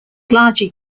larger